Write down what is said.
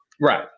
right